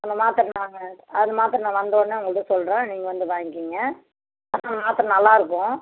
அந்த மாத்திரை நாங்கள் அந்த மாத்திரை நான் வந்தொடனே உங்கள்கிட்ட சொல்கிறேன் நீங்கள் வந்து வாங்கிங்க அந்த மாத்திரை நல்லாயிருக்கும்